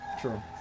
True